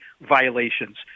violations